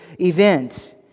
event